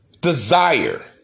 Desire